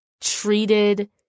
treated